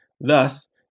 Thus